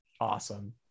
Awesome